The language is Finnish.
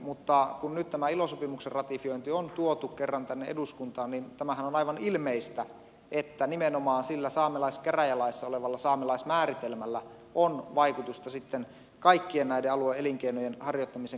mutta kun nyt tämä ilo sopimuksen ratifiointi on tuotu kerran tänne eduskuntaan niin tämähän on aivan ilmeistä että nimenomaan sillä saamelaiskäräjälaissa olevalla saamelaismääritelmällä on vaikutusta sitten kaikkien näiden alueen elinkeinojen harjoittamiseen